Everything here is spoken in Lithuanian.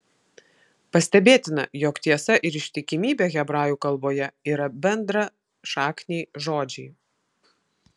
pastebėtina jog tiesa ir ištikimybė hebrajų kalboje yra bendrašakniai žodžiai